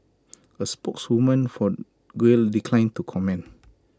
A spokeswoman for Grail declined to comment